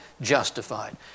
justified